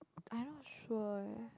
I not sure eh